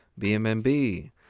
BMMB